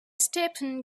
stephen